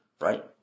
right